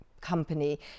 company